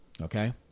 Okay